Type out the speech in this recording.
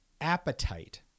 appetite